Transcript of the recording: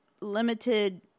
limited